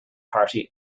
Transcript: party